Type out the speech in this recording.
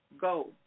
go